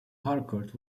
harcourt